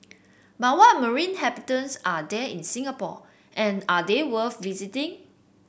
but what marine habitants are there in Singapore and are they worth visiting